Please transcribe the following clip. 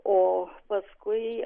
o paskui